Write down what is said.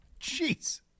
Jeez